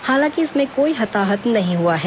हालांकि इसमें कोई हताहत नहीं हुआ है